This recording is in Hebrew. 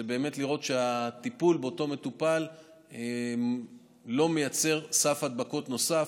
זה באמת לראות שהטיפול באותו מטופל לא מייצר סף הדבקות נוסף.